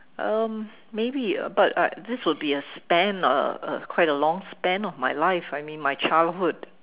um maybe uh but I this would be a span a a quite a long span of my life I mean my childhood